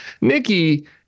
Nikki